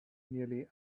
nearly